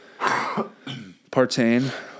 Partain